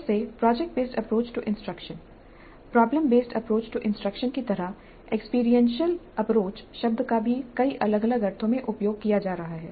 फिर से project based approach to instruction problem based approach to instruction की तरह एक्सपीरियंशियल अप्रोच शब्द का भी कई अलग अलग अर्थों में उपयोग किया जा रहा है